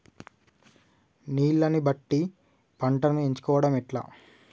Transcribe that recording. నీళ్లని బట్టి పంటను ఎంచుకోవడం ఎట్లా?